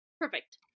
Perfect